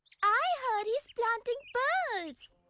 i heard he's planting but